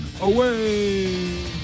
Away